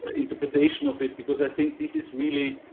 interpretation of it because i think this is really,